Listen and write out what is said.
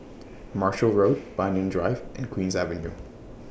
Marshall Road Banyan Drive and Queen's Avenue